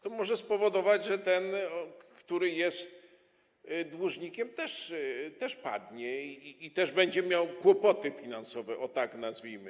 To może spowodować, że ten, który jest dłużnikiem, też padnie i też będzie miał kłopoty finansowe, tak to nazwijmy.